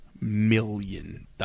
million